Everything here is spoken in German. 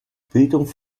bildung